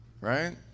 right